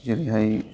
जेरैहाय